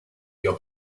your